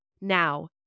Now